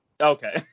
Okay